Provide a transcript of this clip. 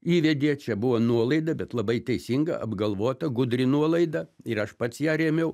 įvedė čia buvo nuolaida bet labai teisinga apgalvota gudri nuolaida ir aš pats ją rėmiau